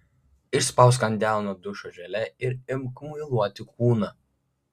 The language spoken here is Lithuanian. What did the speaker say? išspausk ant delno dušo želė ir imk muiluoti kūną